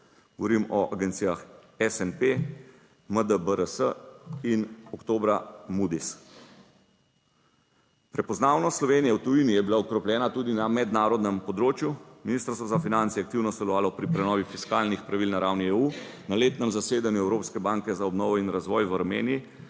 govorim o agencijah SMP, MDBRS in oktobra Moody's. Prepoznavnost Slovenije v tujini je bila okrepljena tudi na mednarodnem področju. Ministrstvo za finance je aktivno sodelovalo pri prenovi fiskalnih pravil na ravni EU. Na letnem zasedanju Evropske banke za obnovo in razvoj v Armeniji